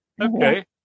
okay